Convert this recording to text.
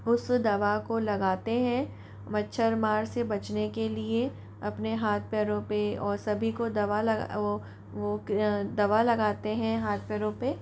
उस दवा को लगाते हैं मच्छर मार से बचने के लिए अपने हाथ पैरों पे और सभी को दवा लगा वो वो दवा लगाते हैं हाथ पैरों पे